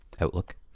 Outlook